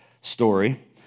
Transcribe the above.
story